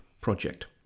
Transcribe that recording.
project